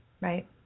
Right